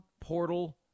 portal